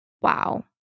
Wow